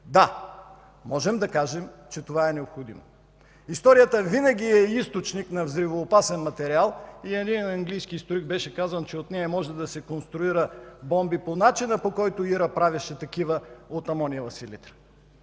Да, можем да кажем, че това е необходимо. Историята винаги е източник на взривоопасен материал и един английски историк беше казал, че от нея може да се конструират бомби по начина, по който ИРА правеше такива от амониева силитра.